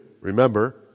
remember